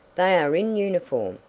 they are in uniform!